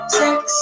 sex